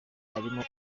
arimo